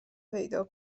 پیدا